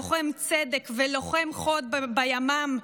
לוחם צדק ולוחם חוד בימ"מ,